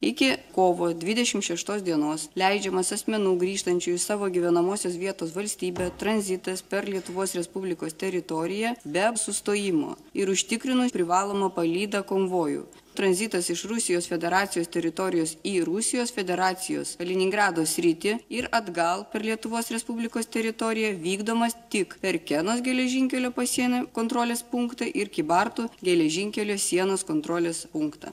iki kovo dvidešimt šeštos dienos leidžiamas asmenų grįžtančių į savo gyvenamosios vietos valstybę tranzitas per lietuvos respublikos teritoriją be sustojimo ir užtikrinant privalomą palydą konvojų tranzitas iš rusijos federacijos teritorijos į rusijos federacijos kaliningrado sritį ir atgal per lietuvos respublikos teritoriją vykdomas tik per kenos geležinkelio pasienio kontrolės punktą ir kybartų geležinkelio sienos kontrolės punktą